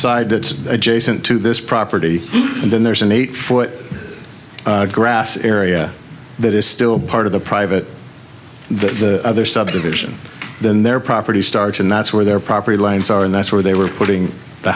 side that adjacent to this property and then there's an eight foot grass area that is still part of the private the other subdivision then their property starts and that's where their property lines are and that's where they were putting the